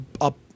up